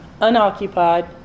unoccupied